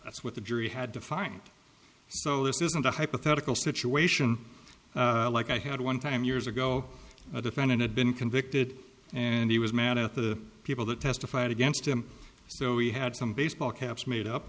that's what the jury had to find so this isn't a hypothetical situation like i had one time years ago a defendant had been convicted and he was mad at the people that testified against him so we had some baseball caps made up